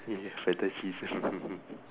ya Feta cheese